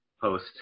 post